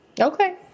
Okay